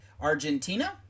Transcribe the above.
Argentina